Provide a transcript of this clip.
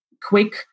quick